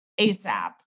ASAP